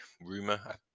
rumor